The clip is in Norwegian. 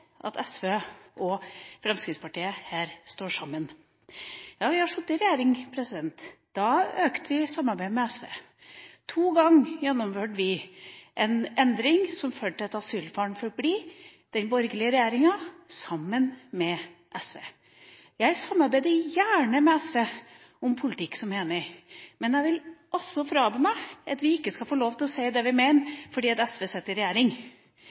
at SV og Fremskrittspartiet her står sammen. Ja, vi har sittet i regjering, og da økte vi samarbeidet med SV. To ganger gjennomførte vi en endring som førte til at asylbarn fikk bli – den borgerlige regjeringen sammen med SV. Jeg samarbeider gjerne med SV om politikk som jeg er enig med dem i, men jeg vil ha meg frabedt ikke å få si det vi mener fordi SV sitter i regjering.